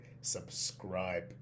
subscribe